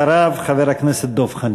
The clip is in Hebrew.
אחריו, חבר הכנסת דב חנין.